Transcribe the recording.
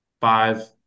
five